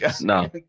No